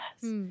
Yes